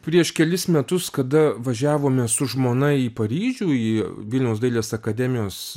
prieš kelis metus kada važiavome su žmona į paryžių į vilniaus dailės akademijos